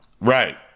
Right